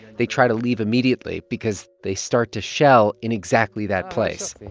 they try to leave immediately because they start to shell in exactly that place.